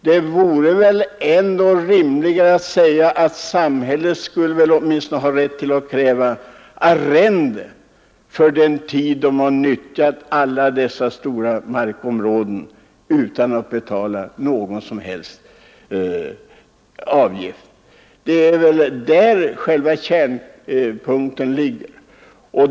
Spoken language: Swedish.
Det vore väl ändå rimligare att säga att samhället skulle väl åtminstone ha rätt att återfå sin egendom och kräva arrende för den tid då man har nyttjat alla dessa stora markområden utan att betala någon som helst avgift. Det är väl där själva kärnpunkten ligger.